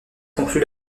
conclut